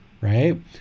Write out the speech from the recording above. right